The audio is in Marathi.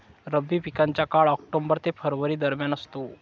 रब्बी पिकांचा काळ ऑक्टोबर ते फेब्रुवारी दरम्यान असतो